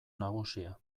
nagusia